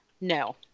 No